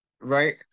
right